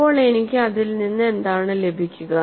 അപ്പോൾ എനിക്ക് അതിൽ നിന്ന് എന്താണ് ലഭിക്കുക